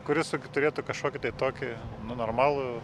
kuris turėtų kažkokį tai tokį nu normalų